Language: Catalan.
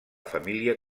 família